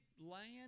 land